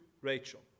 Rachel